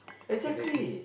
seriously